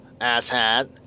asshat